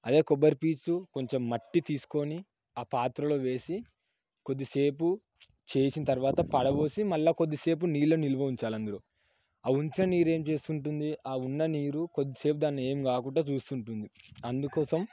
అదే కొబ్బరి పీచు కొంచెం మట్టి తీసుకొని ఆ పాత్రలో వేసి కొద్దిసేపు చేసిన తరువాత పారబోసి మళ్ళీ కొద్దిసేపు నీళ్ళు నిలువ ఉంచాలి అందులో ఆ ఉంచిన నీరు ఏం చేస్తుంటుంది ఆ ఉన్న నీరు కొద్దిసేపు దాన్ని ఏం కాకుండా చూస్తూ ఉంటుంది అందుకోసం